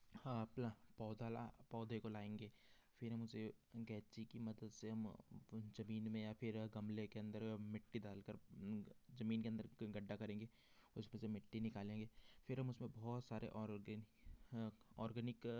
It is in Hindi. हाँ प्ला पौधा ला पौधे को लाएँगे फिर हम उसे की मदद से हम ज़मीन में या फिर गमले के अंदर मिट्टी डालकर ज़मीन के अंदर क गड्ढ़ा करेंगे उसमें से मिट्टी निकालेंगे फिर हम उसमें बहुत सारे ऑर्गेन ऑर्गेनिक